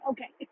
Okay